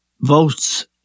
votes